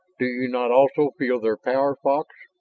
do you not also feel their power, fox?